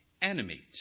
animate